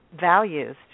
values